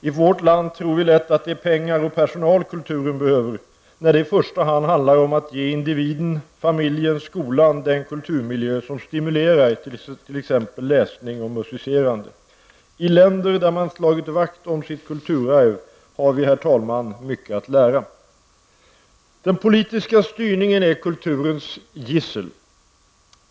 I vårt land tror vi lätt att det är pengar och personal kulturen behöver, när det i första hand handlar om att ge individen, familjen och skolan den kulturmiljö som stimulerar till t.ex. läsning och musicerande. I länder där man slagit vakt om sitt kulturarv har vi, herr talman, mycket att lära. Den politiska styrningen är en av kulturens gissel.